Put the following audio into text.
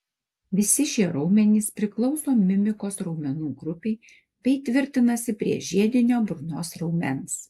visi šie raumenys priklauso mimikos raumenų grupei bei tvirtinasi prie žiedinio burnos raumens